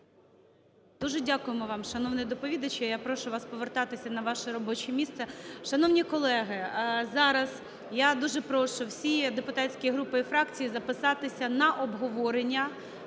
Дуже дякую вам, шановний доповідачу. Я прошу вас повертатися на ваше робоче місце. Шановні колеги, зараз я дуже прошу всі депутатські групи і фракції записатися на обговорення